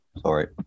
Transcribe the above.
Sorry